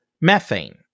methane